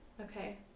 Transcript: Okay